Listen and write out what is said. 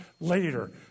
later